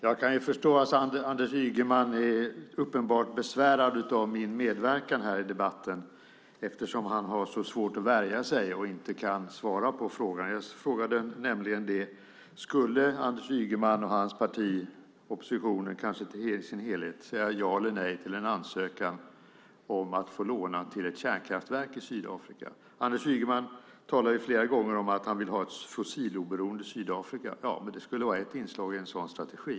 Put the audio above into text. Fru talman! Anders Ygeman är uppenbart besvärad av min medverkan i debatten. Han har svårt att värja sig och kan inte svara på frågan. Jag frågade: Skulle Anders Ygeman och hans parti - kanske oppositionen i sin helhet - säga ja eller nej till en ansökan om att få låna till ett kärnkraftverk i Sydafrika? Anders Ygeman talar flera gånger om att han vill ha ett fossiloberoende Sydafrika. Det skulle vara ett viktigt inslag i en sådan strategi.